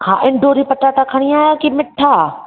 हा इंडोरी पटाटा खणी आया आहियो की मिठा